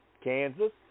Kansas